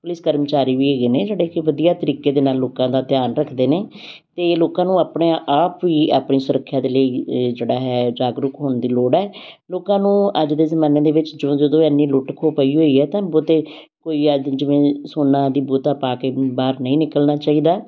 police ਕਰਮਚਾਰੀ ਵੀ ਹੈਗੇ ਨੇ ਜਿਹੜੇ ਕਿ ਵਧੀਆ ਤਰੀਕੇ ਦੇ ਨਾਲ ਲੋਕਾਂ ਦਾ ਧਿਆਨ ਰੱਖਦੇ ਨੇ ਅਤੇ ਲੋਕਾਂ ਨੂੰ ਆਪਣੇ ਆਪ ਵੀ ਆਪਣੀ ਸੁਰੱਖਿਆ ਦੇ ਲਈ ਜਿਹੜਾ ਹੈ ਜਾਗਰੂਕ ਹੋਣ ਦੀ ਲੋੜ ਹੈ ਲੋਕਾਂ ਨੂੰ ਅੱਜ ਦੇ ਜ਼ਮਾਨੇ ਦੇ ਵਿੱਚ ਜਦੋਂ ਜਦੋਂ ਇੰਨੀ ਲੁੱਟ ਖੋ ਪਈ ਹੋਈ ਹੈ ਤਾਂ ਬਹੁਤੇ ਕੋਈ ਅੱਜ ਜਿਵੇਂ ਸੋਨਾ ਵੀ ਬਹੁਤਾ ਪਾ ਕੇ ਬਾਹਰ ਨਹੀਂ ਨਿਕਲਣਾ ਚਾਹੀਦਾ